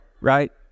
right